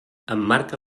emmarca